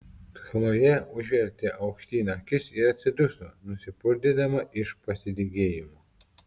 chlojė užvertė aukštyn akis ir atsiduso nusipurtydama iš pasidygėjimo